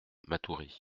matoury